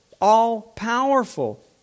all-powerful